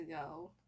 ago